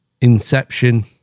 Inception